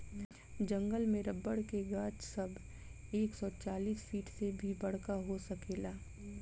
जंगल में रबर के गाछ सब एक सौ चालीस फिट से भी बड़का हो सकेला